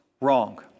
wrong